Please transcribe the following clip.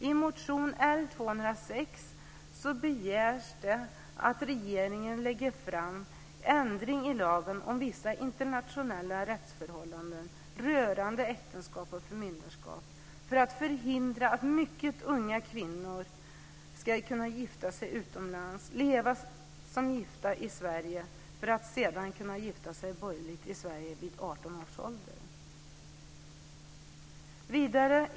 I motion L206 begärs det att regeringen ska lägga fram förslag till ändring i lagen om vissa internationella rättsförhållanden rörande äktenskap och förmyndarskap för att förhindra att mycket unga kvinnor ska kunna gifta sig utomlands och leva som gifta i Sverige för att sedan kunna gifta sig borgerligt i Sverige vid 18 års ålder.